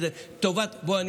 בואו,